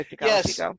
Yes